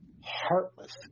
heartless